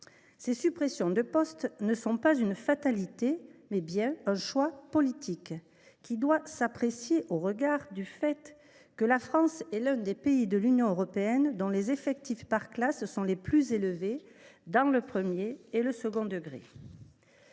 Celles ci ne relèvent pas d’une fatalité, mais bien d’un choix politique, qui doit s’apprécier au regard du fait que la France est l’un des pays de l’Union européenne dont les effectifs par classe sont les plus élevés, dans le premier comme dans le second degrés.